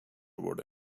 برده